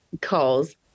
Calls